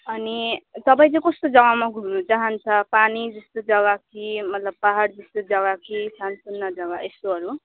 अनि तपाईँ चाहिँ कस्तो जग्गामा घुम्नु चाहन्छ पानी जस्तो जग्गा कि मतलब पाहाड जस्तो जग्गा कि सानसानो जग्गा यस्तोहरू